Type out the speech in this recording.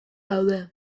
daude